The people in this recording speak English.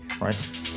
right